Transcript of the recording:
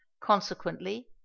consequently